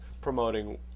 promoting